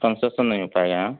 concession नहीं हो पाएगा आँय